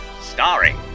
Starring